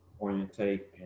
orientate